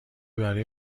برای